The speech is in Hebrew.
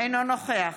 אינו נוכח